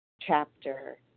chapter